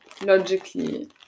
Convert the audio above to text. logically